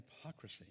hypocrisy